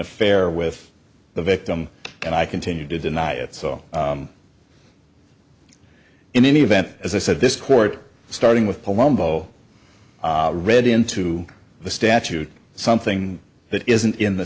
affair with the victim and i continued to deny it so in any event as i said this court starting with palumbo read into the statute something that isn't in the